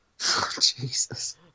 Jesus